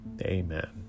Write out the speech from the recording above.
Amen